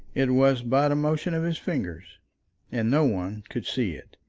it was but a motion of his fingers and no one could see it,